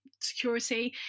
security